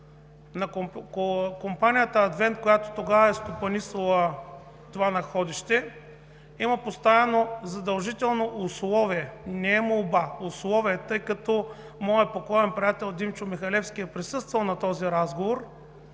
компанията „Адвент“, стопанисвала тогава това находище, има поставено задължително условие – не молба, условие, тъй като моят покоен приятел Димчо Михалевски е присъствал на този разговор,